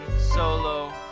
solo